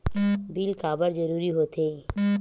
Bill काबर जरूरी होथे?